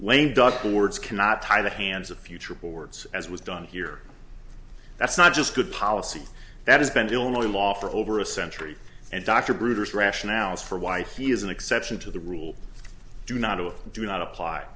lame duck boards cannot tie the hands of future boards as was done here that's not just good policy that has been illinois law for over a century and dr brooders rationales for why he is an exception to the rule do not to do not apply